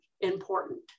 important